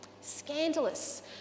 Scandalous